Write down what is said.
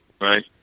Right